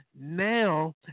Now